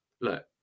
look